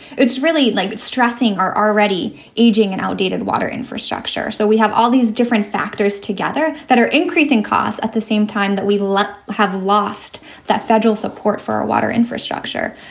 it's really like stressing our already aging and outdated water infrastructure. so we have all these different factors together that are increasing costs. at the same time that we left have lost that federal support for our water infrastructure.